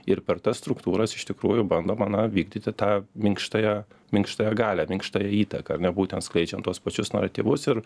ir per tas struktūras iš tikrųjų bandoma na vykdyti tą minkštąją minkštąją galią minkštąją įtaką ar ne būtent skleidžian tuos pačius naratyvus ir